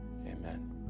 Amen